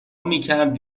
میکرد